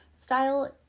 style